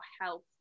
health